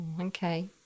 okay